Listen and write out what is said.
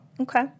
Okay